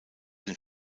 den